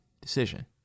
decision